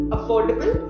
Affordable